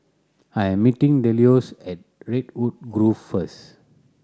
I am meeting Delois at Redwood Grove first